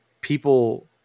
people